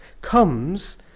comes